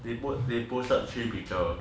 they put they posted three picture